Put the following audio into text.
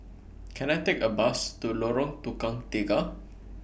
Can I Take A Bus to Lorong Tukang Tiga